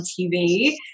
TV